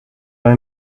لای